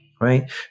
Right